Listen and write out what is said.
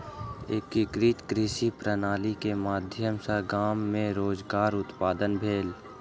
एकीकृत कृषि प्रणाली के माध्यम सॅ गाम मे रोजगार उत्पादन भेल